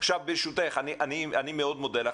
אני מאוד מודה לך.